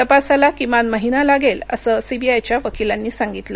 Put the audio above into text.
तपासाला किमान महिना लागेल असं सीबीआयच्या वकिलांनी सांगितलं